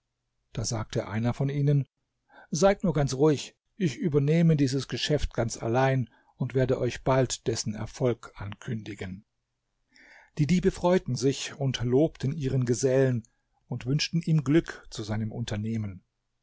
da sagte einer von ihnen seid nur ganz ruhig ich übernehme dieses geschäft ganz allein und werde euch bald dessen erfolg ankündigen die diebe freuten sich und lobten ihren gesellen und wünschten ihm glück zu seinem unternehmen